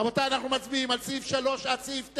רבותי, אנחנו מצביעים על סעיפים 3 9,